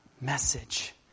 message